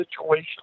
situation